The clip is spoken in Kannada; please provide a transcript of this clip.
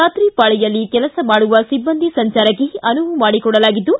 ರಾತ್ರಿ ಪಾಳಿಯಲ್ಲಿ ಕೆಲಸ ಮಾಡುವ ಸಿಬ್ಬಂದಿ ಸಂಚಾರಕ್ಕೆ ಅನುವು ಮಾಡಿಕೊಡಲಾಗಿದ್ದು